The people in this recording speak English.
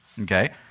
okay